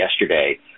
yesterday